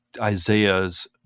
Isaiah's